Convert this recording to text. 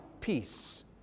peace